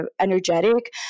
energetic